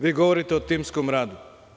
Vi govorite o timskom radu.